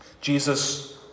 Jesus